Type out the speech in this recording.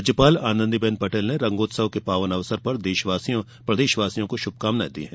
राज्यपाल आनंदीबेन पटेल ने रंगोत्सव के पावन अवसर पर प्रदेशवासियों को शुभकामनाएं दी हैं